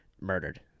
murdered